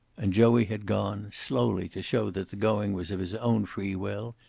and joey had gone, slowly to show that the going was of his own free will,